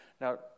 Now